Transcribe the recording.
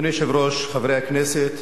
אדוני היושב-ראש, חברי הכנסת,